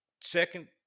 second